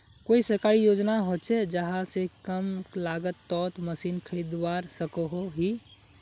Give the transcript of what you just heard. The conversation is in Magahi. कोई सरकारी योजना होचे जहा से कम लागत तोत मशीन खरीदवार सकोहो ही?